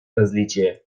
различие